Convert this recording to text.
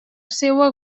seua